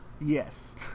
Yes